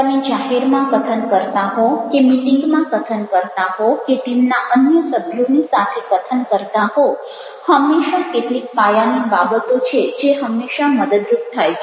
તમે જાહેરમાં કથન કરતા હો કે મીટિંગમાં કથન કરતા હો કે ટીમના અન્ય સભ્યોની સામે કથન કરતાં હો હંમેશા કેટલીક પાયાની બાબતો છે જે હંમેશા મદદરૂપ થાય છે